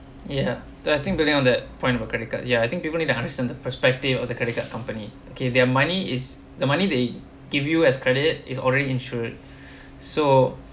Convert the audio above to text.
ya the I think the thing on that point of credit card ya I think people need to understand the perspective of the credit card company okay their money is the money they give you as credit is already insured so